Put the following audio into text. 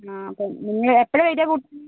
അപ്പം നിങ്ങൾ എപ്പോഴാ വരുക കുട്ടിനെ